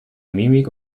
mimik